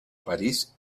parís